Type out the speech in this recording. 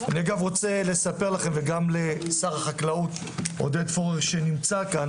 אני רוצה לספר לכם ולשר החקלאות עודד פורר שנמצא כאן